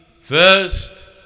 first